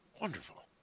Wonderful